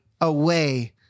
away